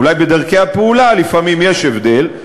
אולי בדרכי הפעולה לפעמים יש הבדל,